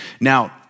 Now